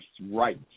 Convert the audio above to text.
rights